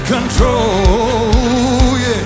control